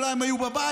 אולי הם היו בבית.